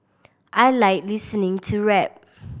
I like listening to rap